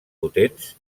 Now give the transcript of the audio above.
potents